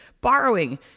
borrowing